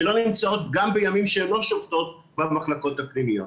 שלא נמצאות גם בימים שהן לא שובתות במחלקות הפנימיות.